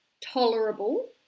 tolerable